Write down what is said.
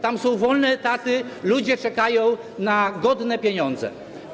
Tam są wolne etaty, ludzie czekają na godne pieniądze.